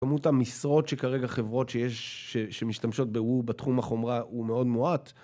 כמות המשרות שכרגע חברות שיש, שמשתמשות ב-woo בתחום החומרה הוא מאוד מועט